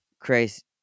Christ